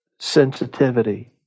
sensitivity